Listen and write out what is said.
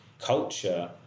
Culture